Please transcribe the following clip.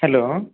hello